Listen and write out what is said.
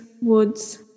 woods